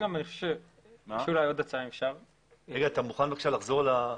אתה מוכן לחזור על ההצעה?